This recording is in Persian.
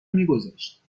میگذاشت